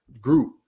group